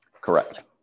Correct